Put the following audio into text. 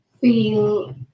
feel